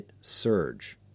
Surge